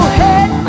head